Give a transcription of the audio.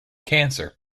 cancer